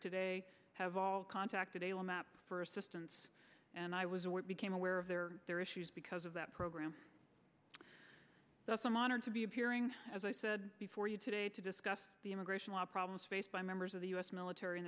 today have all contacted ala map for assistance and i was became aware of their their issues because of that program i'm honored to be appearing as i said before you today to discuss the immigration law problems faced by members of the u s military